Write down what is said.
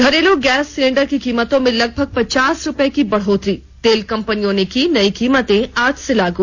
घरेलू gas cylinder की कीमतों में लगभग पचास रुपए की बढ़ोतरी तेल कंपनियों ने की नई कीमतें आज से लागू